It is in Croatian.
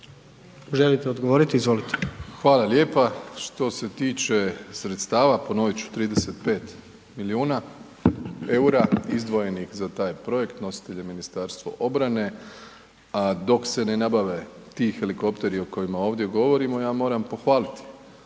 Andrej (HDZ)** Hvala lijepa. Što se tiče sredstava, ponovit ću 35 milijuna eura izdvojenih za taj projekt, nositelj je Ministarstvo obrane, a dok se ne nabave ti helikopteri o kojima ovdje govorimo ja moram pohvaliti